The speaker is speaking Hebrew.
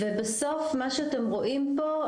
בעצם מה שאתם רואים פה,